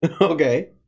Okay